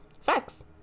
facts